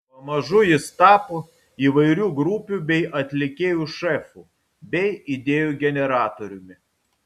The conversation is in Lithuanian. pamažu jis tapo įvairių grupių bei atlikėjų šefu bei idėjų generatoriumi